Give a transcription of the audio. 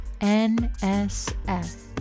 NSF